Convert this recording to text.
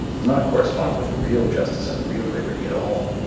does not correspond with real justice and real liberty at all,